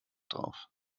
drauf